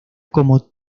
como